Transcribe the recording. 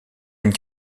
une